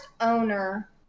owner